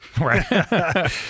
Right